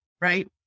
right